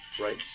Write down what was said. right